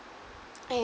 and